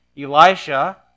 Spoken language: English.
Elisha